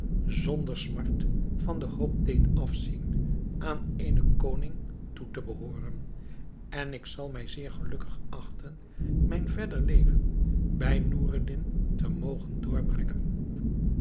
zonder smart van de hoop deed afzien aan eenen koning toe te behooren en ik zal mij zeer gelukkig achten mijn verder leven bij noureddin te mogen doorbrengen